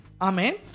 Amen